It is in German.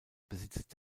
besitzt